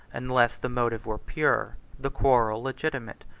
unless the motive were pure, the quarrel legitimate,